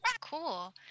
Cool